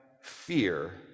fear